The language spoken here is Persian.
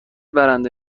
برنده